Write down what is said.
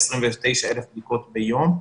29,000 בדיקות ביום.